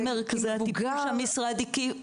גם מרכזי הטיפול שהמשרד הקים,